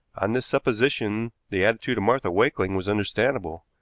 on this supposition the attitude of martha wakeling was understandable.